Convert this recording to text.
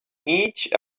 each